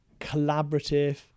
collaborative